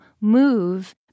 move